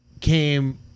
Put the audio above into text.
came